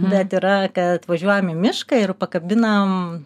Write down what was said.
bet yra kad važiuojam į mišką ir pakabinam